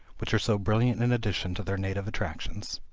which are so brilliant an addition to their native attractions.